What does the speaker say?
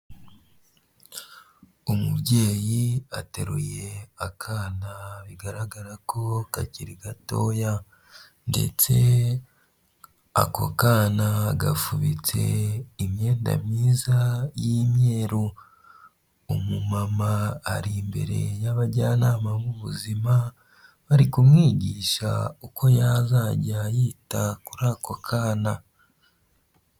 Umubyeyi ateruye akana bigaragara ko kakiri gatoya. Ndetse ako kana gafubitse imyenda myiza y'imyeru. Umumama ari imbere y'abajyanama b'ubuzima bari kumwigisha uko yazajya yita kuri ako kana.